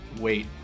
wait